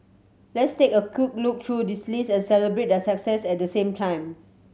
let's take a quick look through the list and celebrate their success at the same time